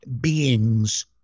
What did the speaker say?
beings